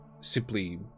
simply